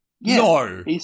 No